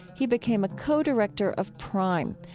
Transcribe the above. he became a co-director of prime,